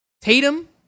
Tatum